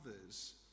others